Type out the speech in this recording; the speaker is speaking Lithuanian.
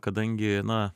kadangi na